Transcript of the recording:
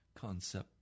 concept